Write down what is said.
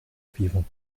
suivants